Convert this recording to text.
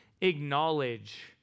acknowledge